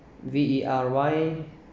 V E R Y